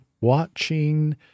watching